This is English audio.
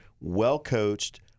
well-coached